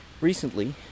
recently